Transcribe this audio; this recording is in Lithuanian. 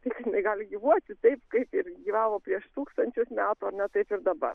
tik jinai gali gyvuoti taip kaip ir gyvavo prieš tūkstančius metų ar ne taip ir dabar